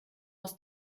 aus